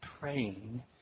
praying